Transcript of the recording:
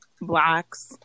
blacks